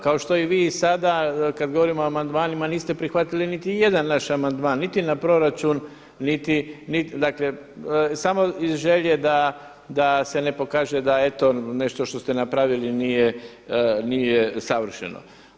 Kao što i vi sada kada govorimo o amandmanima niste prihvatili niti jedan naš amandman niti na proračun, dakle samo iz želje da se ne pokaže da eto nešto što ste napravili nije savršeno.